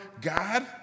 God